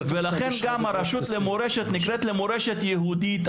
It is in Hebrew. לכן גם הרשות למורשת נקראת למורשת יהודית,